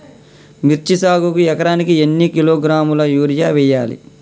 మిర్చి సాగుకు ఎకరానికి ఎన్ని కిలోగ్రాముల యూరియా వేయాలి?